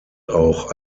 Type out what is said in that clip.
auch